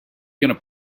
going